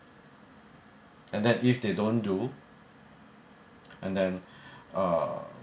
and then if they don't do and then uh